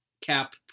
cap